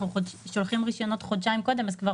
אנחנו שולחים רישיונות חודשיים קודם אז כבר